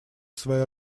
своей